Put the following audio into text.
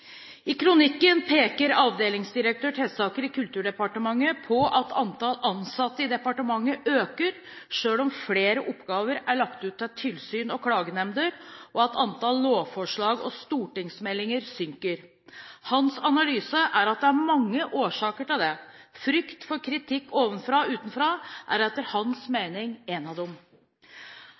på at antallet ansatte i departementet øker, selv om flere oppgaver er lagt ut til tilsyn og klagenemnder, og at antallet lovforslag og stortingsmeldinger synker. Hans analyse er at det er mange årsaker til det. Frykt for kritikk ovenfra og utenfra er etter hans mening en av dem.